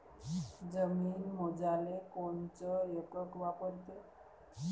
जमीन मोजाले कोनचं एकक वापरते?